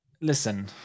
Listen